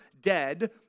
dead